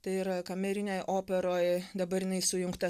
tai yra kamerinėj operoj dabar jinai sujungta